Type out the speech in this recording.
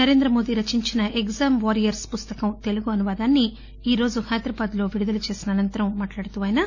నరేంద్రమోదీ రచించిన exam warriors పుస్తకం తెలుగు అనువాదాన్ని ఈరోజు హైదరాబాద్ లో విడుదల చేసిన అనంతరం మాట్లాడుతూ ఆయన